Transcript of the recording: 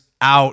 out